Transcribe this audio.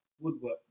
Woodwork